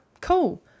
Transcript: cool